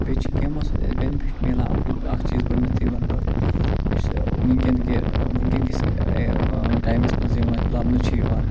بییٚہِ چھِ گیمو سۭتۍ اَسہِ بینِفِٹ مِلان اکُے اکھ چیٖز گۄڈٕنٮ۪تھٕے ونہِٕ بہٕ یُس یہِ وٕنۍکٮ۪ن کہِ وٕنۍکٮ۪ن کِس ٹایمس منٛز یِوان لبنہٕ چھِ یِوان